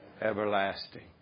everlasting